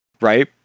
right